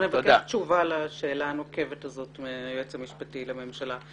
אנחנו נבקש תשובה על השאלה הנוקבת הזאת מהיועץ המשפטי לממשלה.